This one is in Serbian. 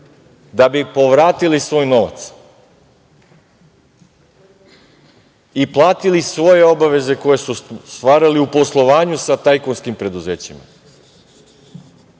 da bi povratili svoj novac i platili svoje obaveze koje su stvarali u poslovanju sa tajkunskim preduzećima. Jedan